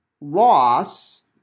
loss